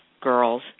girls